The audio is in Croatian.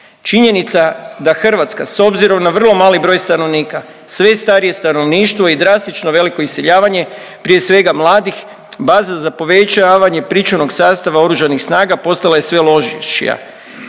Činjenica da Hrvatska s obzirom na vrlo mali broj stanovnika, sve starije stanovništvo i drastično veliko iseljavanje, prije svega mladih, baza je za povećavanje pričuvnog sastava Oružanih snaga postala je sve lošija.